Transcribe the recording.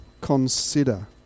consider